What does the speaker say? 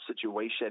situation